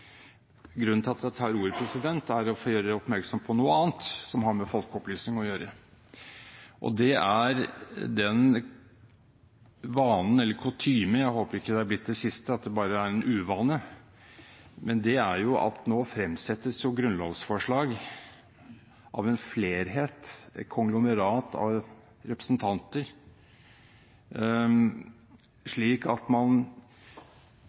Grunnen til at jeg tar ordet, er at jeg vil gjøre oppmerksom på noe annet som har med folkeopplysning å gjøre. Det er den vanen eller kutymen – jeg håper det ikke er blitt det siste, at det bare er en uvane – at nå fremsettes jo grunnlovsforslag av en flerhet, av et konglomerat av representanter, slik at man